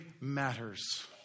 matters